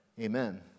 Amen